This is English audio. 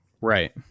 Right